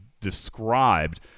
described